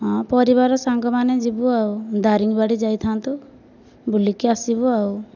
ହଁ ପରିବାର ସାଙ୍ଗ ମାନେ ଯିବୁ ଆଉ ଦାରିଙ୍ଗବାଡ଼ି ଯାଇଥାନ୍ତୁ ବୁଲିକି ଆସିବୁ ଆଉ